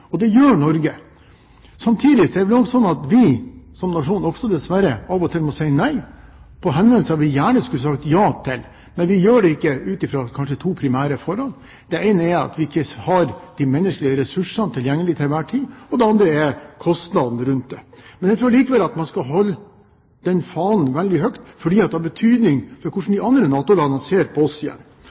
Det gjør Norge. Samtidig må vi som nasjon også dessverre av og til si nei til henvendelser vi gjerne skulle sagt ja til. Vi gjør det ikke ut fra kanskje to primære forhold. Det ene er at vi ikke har de menneskelige ressursene tilgjengelige til enhver tid, det andre er kostnadene rundt det. Jeg tror likevel at man skal holde den fanen veldig høyt, for det har betydning for hvordan de andre NATO-landene ser på oss.